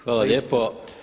Hvala lijepo.